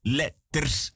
letters